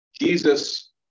Jesus